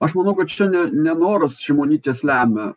aš manau kad čia ne ne noras šimonytės lemia